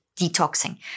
detoxing